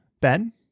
Ben